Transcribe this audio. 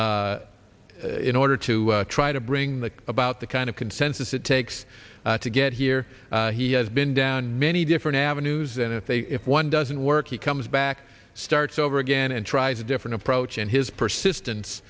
people in order to try to bring the about the kind of consensus it takes to get here he has been down many different avenues and if they if one doesn't work he comes back starts over again and tries a different approach and his persistence